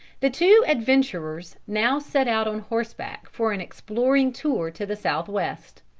the two adventurers now set out on horseback for an exploring tour to the south-west.